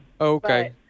Okay